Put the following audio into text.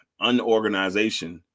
Unorganization